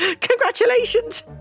Congratulations